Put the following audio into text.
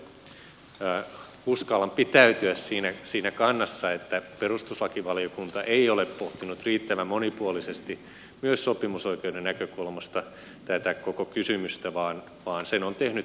näin ollen uskallan pitäytyä siinä kannassa että perustuslakivaliokunta ei ole pohtinut riittävän monipuolisesti myöskään sopimusoikeuden näkökulmasta tätä koko kysymystä vaan sen on tehnyt korkein oikeus